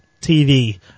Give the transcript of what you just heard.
TV